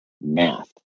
math